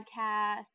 podcasts